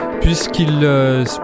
puisqu'il